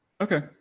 Okay